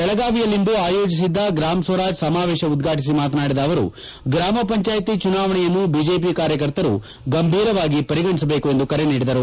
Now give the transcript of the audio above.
ಬೆಳಗಾವಿಯಲ್ಲಿಂದು ಆಯೋಜಿಸಿದ್ದ ಗ್ರಾಮ ಸ್ವರಾಜ್ಯ ಸಮಾವೇಶ ಉದ್ವಾಟಿಸಿ ಮಾತನಾಡಿದ ಅವರು ಗ್ರಾಮ ಪಂಚಾಯಿತಿ ಚುನಾವಣೆಯನ್ನು ಬಿಜೆಪಿ ಕಾರ್ಯಕರ್ತರು ಗಂಭೀರವಾಗಿ ಪರಿಗಣಿಸಬೇಕು ಎಂದು ಕರೆ ನೀಡಿದರು